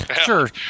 Sure